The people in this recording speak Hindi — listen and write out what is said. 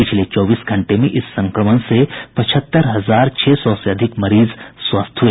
पिछले चौबीस घंटे में इस संक्रमण से पचहत्तर हजार छह सौ से अधिक मरीज स्वस्थ हुए